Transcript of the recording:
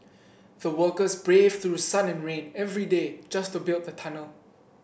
the workers braved through sun and rain every day just to build the tunnel